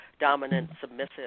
dominant-submissive